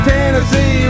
Tennessee